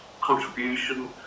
contribution